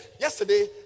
yesterday